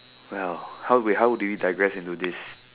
well how we how do we digress into this